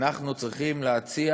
אנחנו צריכים להציע